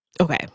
okay